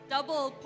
double